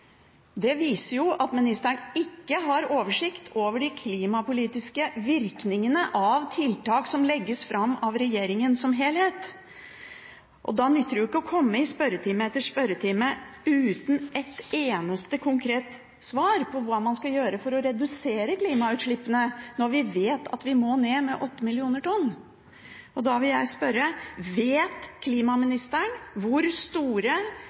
Det viser jo at ministeren ikke har oversikt over de klimapolitiske virkningene av tiltak som legges fram av regjeringen som helhet. Da nytter det ikke å komme i spørretime etter spørretime uten ett eneste konkret svar på hva man skal gjøre for å redusere klimautslippene, når vi vet at de må ned med 8 millioner tonn. Da vil jeg spørre: Vet klimaministeren hvor store